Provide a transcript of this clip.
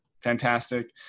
Fantastic